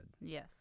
Yes